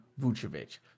Vucevic